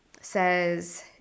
says